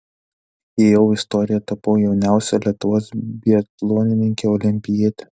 įėjau į istoriją tapau jauniausia lietuvos biatlonininke olimpiete